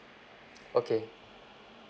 okay